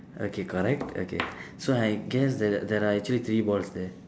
okay correct okay so I guess that there are actually three balls there